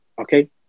Okay